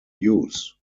use